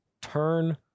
Turn